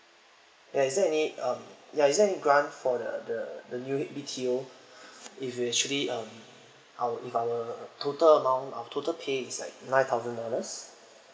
ya is there any uh ya is there any grant for the the the new B_T_O if you actually um our if our total amount total pay is like nine thousand dollars